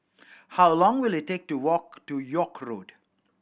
how long will it take to walk to York Road